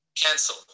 Cancel